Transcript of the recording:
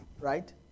Right